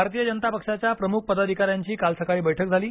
भारतीय जनता पक्षाच्या प्रमुख पदाधिकाऱ्यांची आज सकाळी बैठक झाली